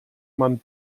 man